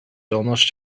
almost